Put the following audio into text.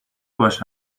باهاش